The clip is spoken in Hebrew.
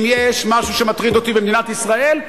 אם יש משהו שמטריד אותי במדינת ישראל,